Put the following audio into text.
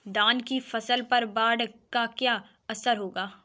धान की फसल पर बाढ़ का क्या असर होगा?